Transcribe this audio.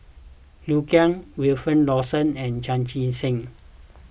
Liu Kang Wilfed Lawson and Chan Chee Seng